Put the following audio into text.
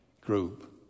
group